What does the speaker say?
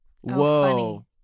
Whoa